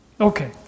Okay